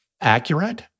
accurate